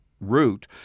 root